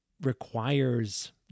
requires